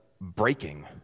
breaking